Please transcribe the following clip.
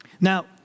Now